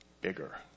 Bigger